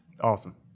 Awesome